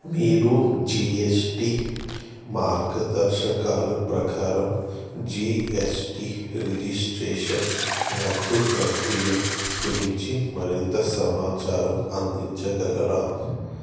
మీరు G S T మార్గదర్శకాల ప్రకారం జీ ఎస్ టీ రిజిస్ట్రేషన్ రద్దు ప్రక్రియ గురించి మరింత సమాచారం అందించగలరా